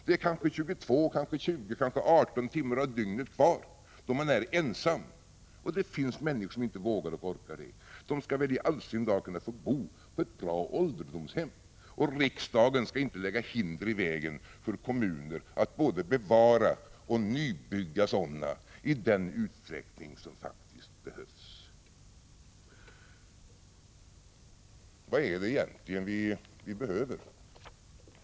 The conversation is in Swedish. Det är kanske 22, kanske 20, kanske 18 timmar av dygnet kvar under vilka man är Prot. 1985/86:112 ensam, och det finns människor som inte vågar vara det och inte orkar bära 9 april 1986 det. De skall väl i all sin dar kunna få bo på ett bra ålderdomshem. Riksdagen o äld. h skall inte lägga hinder i vägen för kommuner att både bevara och nybygga j åka oc RR sådana hem i den utsträckning som faktiskt behövs. OREISAPpeRe Vad är det egentligen vi behöver?